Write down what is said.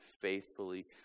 faithfully